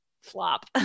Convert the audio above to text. flop